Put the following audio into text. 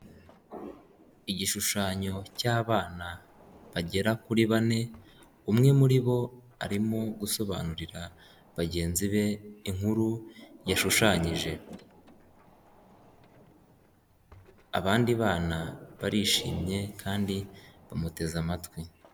Igishushanyo cy'abana bagera kuri bane, umwe muri bo arimo gusobanurira bagenzi be inkuru yashushanyije. Abandi bana barishimye kandi bamuteze amatwi.